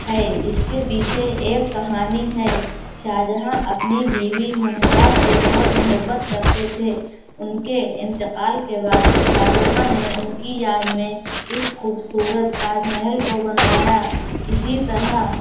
ہے اس کے پیچھے ایک کہانی ہے شاہجہاں اپنی بیوی ممتاز سے بہت محبت کرتے تھے ان کے انتقال کے بعد شاہجہاں نے ان کی یاد میں اس خوبصورت تاج محل کو بنوایا اسی طرح